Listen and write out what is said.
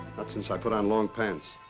not since i put on long pants.